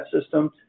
system